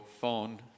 phone